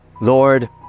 Lord